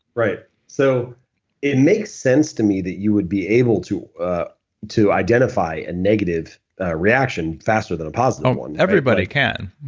right. so it makes sense to me that you would be able to to identity a negative reaction faster than a positive um one well, everybody can.